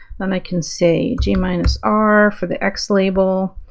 then i can say g minus r for the x label,